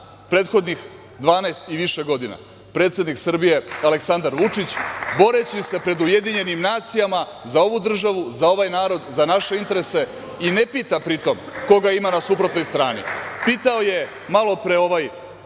prethodnih 12 i više godina, predsednik Srbije Aleksandar Vučić, boreći se pred Ujedinjenim Nacijama za ovu državu, za ovaj narod, za naše interese i ne pita pri tom koga ima na suprotnoj strani. Pitao je malopre ovaj